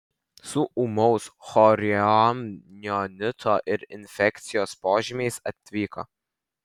su ūmaus chorioamnionito ir infekcijos požymiais atvyko